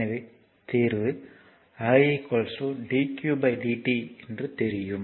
எனவே தீர்வு i dq dt என்று தெரியும்